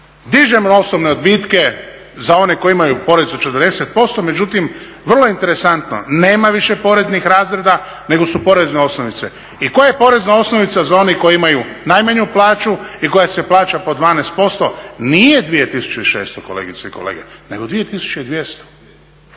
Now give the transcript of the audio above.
dižemo osobne odbitke za one koji imaju porez od 40%, međutim vrlo je interesantno nema više poreznih razreda nego su porezne osnovice. I koja je porezna osnovica za one koji imaju najmanju plaću i koja se plaća po 12%? Nije 2.600 kolegice i kolege, nego 2.200.